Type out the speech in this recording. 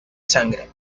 sangre